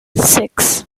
six